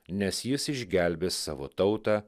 nes jis išgelbės savo tautą